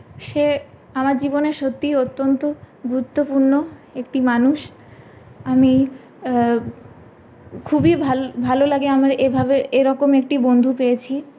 সে আমার জীবনে সত্যিই অত্যন্ত গুরুত্বপূর্ণ একটি মানুষ আমি খুবই ভালো ভালো লাগে আমার এভাবে এরকমই একটি বন্ধু পেয়েছি